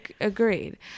agreed